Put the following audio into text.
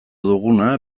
duguna